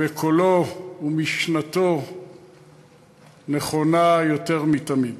וקולו, משנתו נכונה יותר מתמיד.